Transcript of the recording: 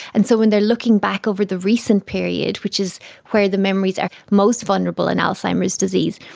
and so when they are looking back over the recent period, which is where the memories are most vulnerable in alzheimer's disease,